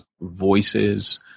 voices